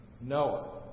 Noah